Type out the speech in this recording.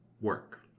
work